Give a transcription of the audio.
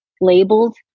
labeled